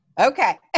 Okay